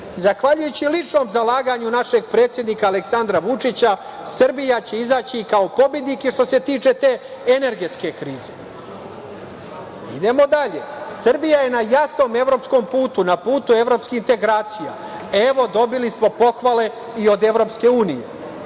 Zahvaljujući ličnom zalaganju našeg predsednika Aleksandra Vučića Srbija će izaći kao pobednik što se tiče i te energetske krize. Idemo dalje. Srbija je na jasnom evropskom putu, na putu evropskih integracija. Evo, dobili smo pohvale i od EU.Dakle,